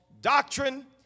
doctrine